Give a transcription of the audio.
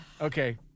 Okay